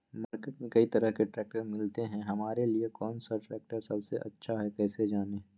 Market में कई तरह के ट्रैक्टर मिलते हैं हमारे लिए कौन सा ट्रैक्टर सबसे अच्छा है कैसे जाने?